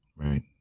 Right